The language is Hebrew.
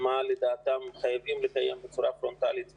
מה לדעתם חייבים לקיים בצורה פרונטלית ולמה.